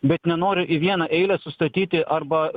bet nenoriu į vieną eilę sustatyti arba